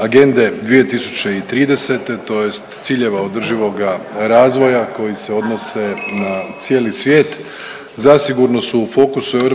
Agende 2030. tj. ciljeva održivoga razvoja koji se odnose na cijeli svijet zasigurno su u fokusu EU